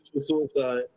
suicide